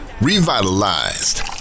revitalized